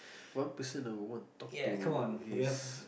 one person I want talk to is